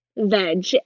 veg